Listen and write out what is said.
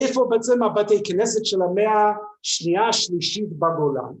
‫איפה בעצם הבתי כנסת ‫של המאה שנייה השלישית בגולה?